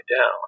down